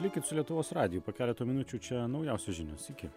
likit su lietuvos radiju po keleto minučių čia naujausios žinios iki